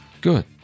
Good